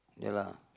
ya lah